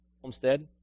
homestead